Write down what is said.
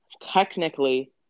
technically